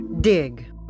Dig